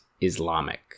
Islamic